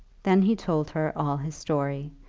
then he told her all his story,